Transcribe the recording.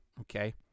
okay